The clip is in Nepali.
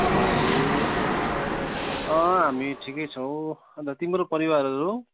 ए अँ हामी ठिकै छौँ अन्त तिम्रो परिवारहरू